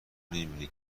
نمیبینی